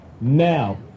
now